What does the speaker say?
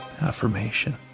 affirmation